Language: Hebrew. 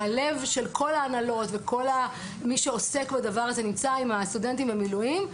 הלב של כל ההנהלות וכל מי שעוסק בדבר הזה נמצא עם הסטודנטים במילואים.